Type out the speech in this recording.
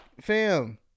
fam